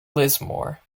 lismore